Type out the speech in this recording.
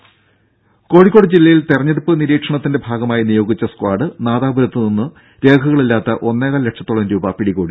ദേദ കോഴിക്കോട് ജില്ലയിൽ തെരഞ്ഞെടുപ്പ് നിരീക്ഷണത്തിന്റെ ഭാഗമായി നിയോഗിച്ച സ്ക്വാഡ് നാദാപുരത്തു നിന്ന് രേഖകളില്ലാത്ത ഒന്നേകാൽ ലക്ഷത്തോളം രൂപ പിടികൂടി